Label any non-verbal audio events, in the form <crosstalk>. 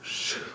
<breath>